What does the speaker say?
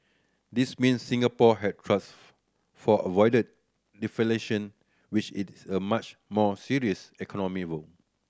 this means Singapore has thus far avoided deflation which is a much more serious economic woe